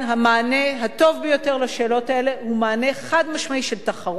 המענה הטוב ביותר על השאלות האלה הוא מענה חד-משמעי של תחרות,